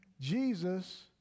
Jesus